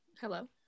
Hello